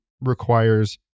requires